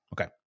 Okay